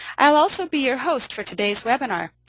i'll also be your host for today's webinar.